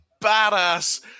badass